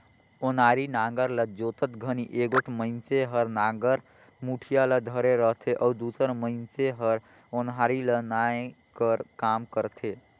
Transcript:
ओनारी नांगर ल जोतत घनी एगोट मइनसे हर नागर मुठिया ल धरे रहथे अउ दूसर मइनसे हर ओन्हारी ल नाए कर काम करथे